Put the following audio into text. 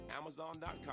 Amazon.com